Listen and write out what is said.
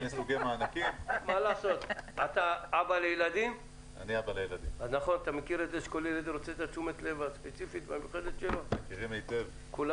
אתה אבא לילדים ואתה מכיר שכל ילד רוצה תשומת לב מיוחדת עבורו.